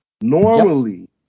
Normally